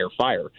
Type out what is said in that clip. fire